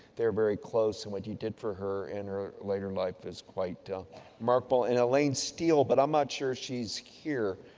they're very close. and, what you did for her in her later life is quite remarkable. and, elaine steele but i'm not sure she's here.